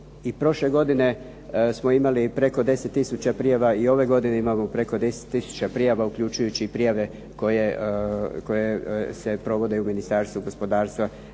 prošle godine smo imali preko 10 tisuća prijava i ove godine imamo preko 10 tisuća prijava uključujući i prijave koje se provode i u Ministarstvu gospodarstva,